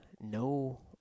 no